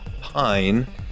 Pine